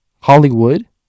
Hollywood